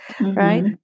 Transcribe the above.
Right